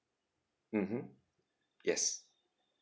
mmhmm yes